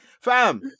Fam